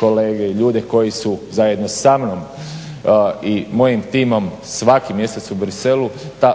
kolege i ljude koji su zajedno sa mnom i mojim timom svaki mjesec u Bruxellesu